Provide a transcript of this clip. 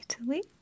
Italy